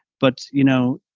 but you know,